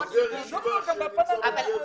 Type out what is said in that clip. לבוגר ישיבה שנמצא במסגרת צבאית,